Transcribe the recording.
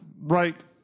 Right